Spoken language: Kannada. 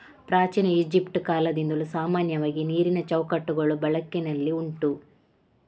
ಪ್ರಾಚೀನ ಈಜಿಪ್ಟ್ ಕಾಲದಿಂದಲೂ ಸಾಮಾನ್ಯವಾಗಿ ನೀರಿನ ಚೌಕಟ್ಟುಗಳು ಬಳಕೆನಲ್ಲಿ ಉಂಟು